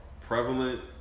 prevalent